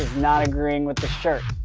not agreeing with the shirt.